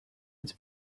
its